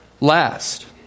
last